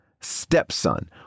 Stepson